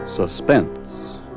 Suspense